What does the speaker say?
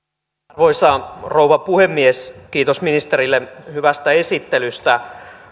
arvoisa rouva puhemies kiitos ministerille hyvästä esittelystä